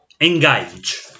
Engage